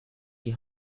die